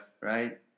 right